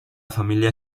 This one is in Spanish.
familia